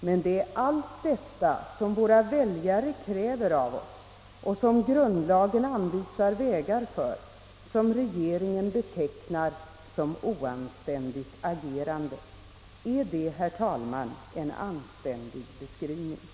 Men allt detta, som våra väljare kräver av oss och som grundlagen anvisar vägar för, betecknas av regeringen som oanständigt agerande. Är det, herr talman, en anständig beskrivning?